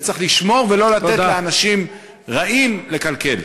וצריך לשמור ולא לתת לאנשים רעים לקלקל.